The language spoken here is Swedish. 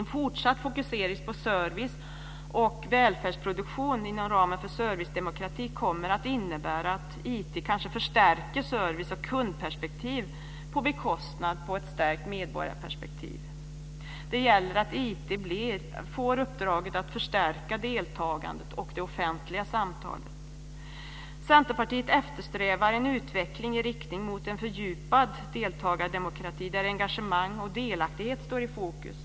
En fortsatt fokusering på service och välfärdsproduktion inom ramen för servicedemokratin kommer att innebära att IT förstärker service och kundperspektivet på bekostnad av ett förstärkt medborgarperspektiv. Det gäller att IT får uppdraget att förstärka deltagandet och det offentliga samtalet. Centerpartiet eftersträvar en utveckling i riktning mot en fördjupad deltagardemokrati där engagemang och delaktighet står i fokus.